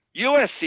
USC